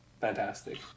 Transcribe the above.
Fantastic